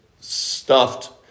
stuffed